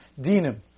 Dinim